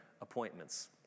appointments